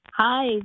Hi